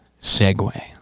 segue